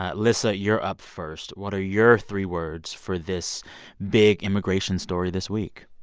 ah lissa, you're up first. what are your three words for this big immigration story this week?